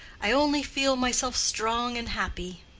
i only feel myself strong and happy.